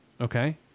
okay